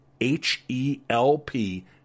H-E-L-P